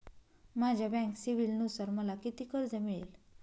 माझ्या बँक सिबिलनुसार मला किती कर्ज मिळेल?